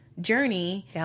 journey